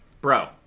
Bro